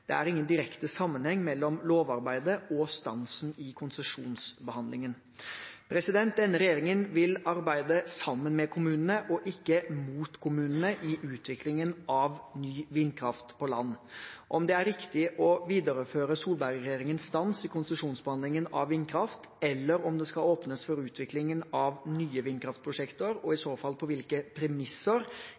Det er ingen direkte sammenheng mellom lovarbeidet og stansen i konsesjonsbehandlingen. Denne regjeringen vil arbeide sammen med kommunene og ikke mot kommunene i utviklingen av ny vindkraft på land. Om det er riktig å videreføre Solberg-regjeringens stans i konsesjonsbehandlingen av vindkraft, eller om det skal åpnes for utvikling av nye vindkraftprosjekter, og i så fall på hvilke premisser,